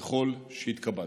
ככל שהתקבלתי,